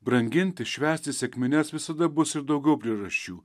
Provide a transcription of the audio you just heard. branginti švęsti sekmines visada bus ir daugiau priežasčių